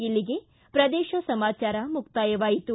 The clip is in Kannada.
ಇಲ್ಲಿಗೆ ಪ್ರದೇಶ ಸಮಾಚಾರ ಮುಕ್ತಾಯವಾಯಿತು